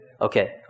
Okay